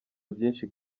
byinshi